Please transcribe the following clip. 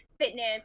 fitness